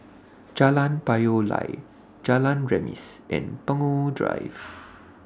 Jalan Payoh Lai Jalan Remis and Punggol Drive